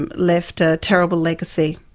and left a terrible legacy.